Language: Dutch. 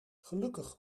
gelukkig